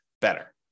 better